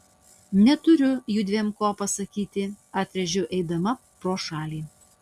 neturiu judviem ko pasakyti atrėžiau eidama pro šalį